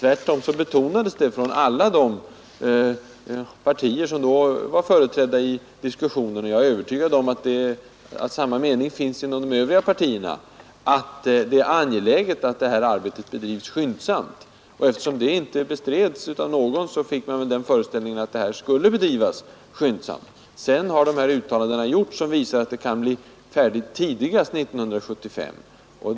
Tvärtom betonades det från alla de partier som då var företrädda i diskussionen — och jag är övertygad om att övriga partier har samma uppfattning — att det är angeläget att det här arbetet bedrivs skyndsamt. Eftersom det inte bestreds av någon, fick man den föreställningen att det här skulle bedrivas skyndsamt. Sedan kom de här uttalandena av ordföranden och sekreteraren, som visar att det kan bli färdigt tidigast 1975.